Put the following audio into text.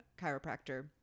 chiropractor